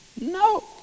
No